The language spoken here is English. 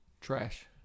Trash